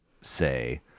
say